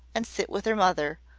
and sit with her mother,